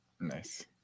nice